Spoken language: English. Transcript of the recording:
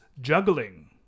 juggling